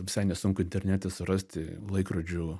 visai nesunku internete surasti laikrodžių